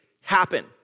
happen